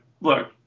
look